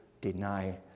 deny